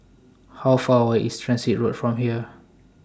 How Far away IS Transit Road from here